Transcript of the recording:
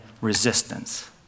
resistance